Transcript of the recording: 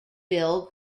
bill